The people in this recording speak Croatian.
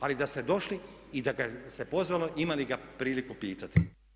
Ali da ste došli i da ga se pozvalo imali ga priliku pitati.